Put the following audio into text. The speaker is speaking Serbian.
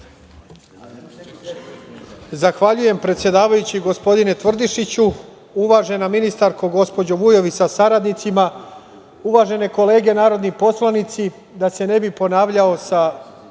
Zahvaljujem predsedavajući, gospodine Tvrdišiću. Uvažena ministarko, gospođo Vujović sa saradnicima, uvažene kolege narodni poslanici da se ne bih ponavljao sa